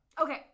Okay